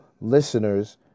listeners